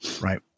right